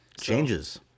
Changes